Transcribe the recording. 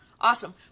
Awesome